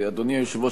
אדוני היושב-ראש,